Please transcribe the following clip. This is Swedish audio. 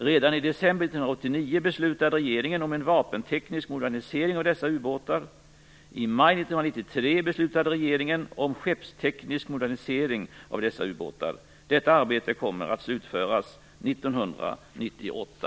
Redan i december 1989 beslutade regeringen om en vapenteknisk modernisering av dessa ubåtar. I maj 1993 beslutade regeringen om skeppsteknisk modernisering av dessa ubåtar. Detta arbete kommer att slutföras 1998.